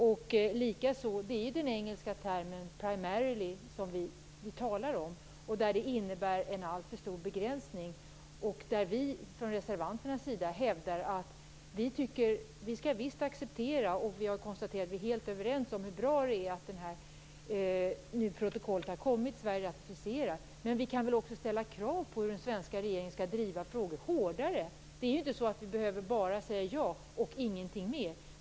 Vi använder ju den engelska termen primarily, och det innebär en alltför stor begränsning. Vi är helt överens om hur bra det är att Sverige har ratificerat protokollet som nu har kommit, och vi skall acceptera det. Men vi kan väl också ställa krav på att den svenska regeringen skall driva frågor hårdare? Vi behöver inte bara säga ja och ingenting mer.